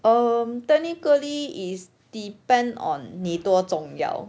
um technically is depend on 你多重要